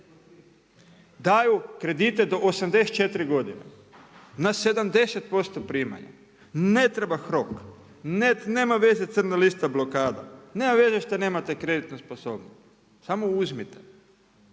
Daju kredite do 84 godine, na 70% primanja, ne treba HROK, nema veze crna lista blokada. Nema veze što nemate kreditnu sposobnost, samo uzmite,